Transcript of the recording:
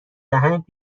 دهنت